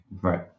Right